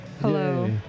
Hello